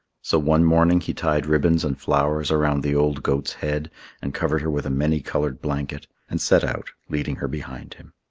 so one morning he tied ribbons and flowers around the old goat's head and covered her with a many-coloured blanket, and set out, leading her behind him.